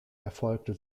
erfolgte